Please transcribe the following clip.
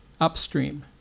upstream